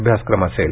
अभ्यासक्रम असेल